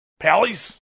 Pallies